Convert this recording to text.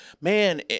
Man